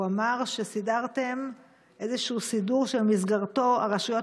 הוא אמר שסידרתם איזשהו סידור שבמסגרתו הרשויות